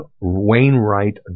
Wainwright